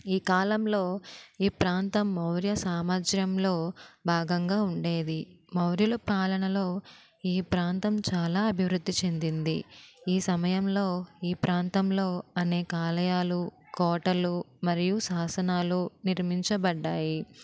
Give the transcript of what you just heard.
ఈ కాలంలో ఈ ప్రాంతం మౌర్య సామ్రాజ్యంలో భాగంగా ఉండేది మౌర్యులు పాలనలో ఈ ప్రాంతం చాలా అభివృద్ధి చెందింది ఈ సమయంలో ఈ ప్రాంతంలో అనేక ఆలయాలు కోటలు మరియు శాసనాలు నిర్మించబడ్డాయి